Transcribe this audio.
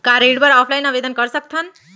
का ऋण बर ऑफलाइन आवेदन कर सकथन?